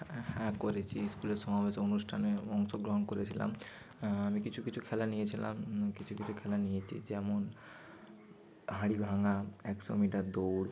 হ্যাঁ হ্যাঁ করেছি স্কুলে সমাবেশ অনুষ্ঠানে অংশগ্রহণ করেছিলাম আমি কিছু কিছু খেলা নিয়েছিলাম কিছু কিছু খেলা নিয়েছি যেমন হাঁড়িভাঙা একশো মিটার দৌড়